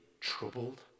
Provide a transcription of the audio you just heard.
troubled